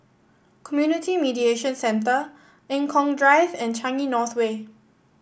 Community Mediation Centre Eng Kong Drive and Changi North Way